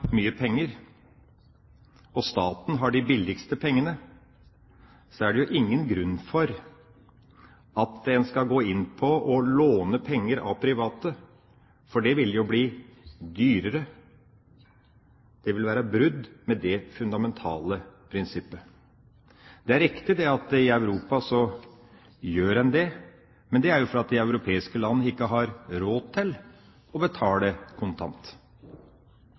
mye penger, og staten har de billigste pengene, er det ingen grunn til å låne penger av private, for det ville jo bli dyrere. Det ville være brudd med det fundamentale prinsippet. Det er riktig at en gjør det i Europa, men det er fordi de europeiske landene ikke har råd til å betale kontant.